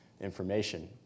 information